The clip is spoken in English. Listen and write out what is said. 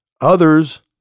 Others